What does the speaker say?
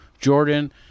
Jordan